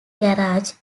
garage